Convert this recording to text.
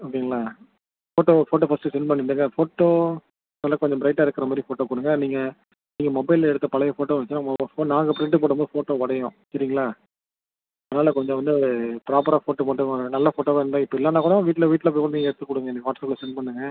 அப்படிங்களா ஃபோட்டோ ஒரு photo first send பண்ணிவிடுங்க ஃபோட்டோ நல்ல கொஞ்சம் ப்ரைட்டாக இருக்கிற மாதிரி ஃபோட்டோ போடுங்கள் நீங்கள் நீங்கள் மொபைலில் எடுத்த பழைய ஃபோட்டோ வச்சா முகம் நாங்கள் ப்ரிண்ட்டு போடும் போது ஃபோட்டோ உடையும் சரிங்களா அதனால் கொஞ்சம் வந்து அது ப்ராப்பராக ஃபோட்டோ போட்டு வாங்க நல்ல ஃபோட்டோவாக இருந்தால் இப்போ இல்லைன்னா கூட வீட்டில் வீட்டில் நீங்கள் எடுத்து கொடுங்க வாட்ஸ்அப்பில் சென்ட் பண்ணுங்கள்